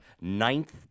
ninth